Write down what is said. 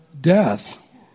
death